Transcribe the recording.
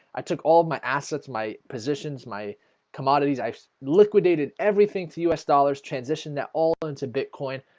i took all my assets my positions my commodities. i liquidated everything to u s. dollars transition that all but into bitcoin,